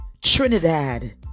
Trinidad